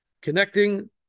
connecting